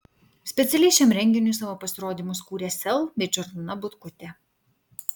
specialiai šiam renginiui savo pasirodymus kūrė sel bei džordana butkutė